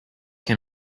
can